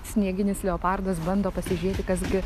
snieginis leopardas bando pasižiūrėti kas gi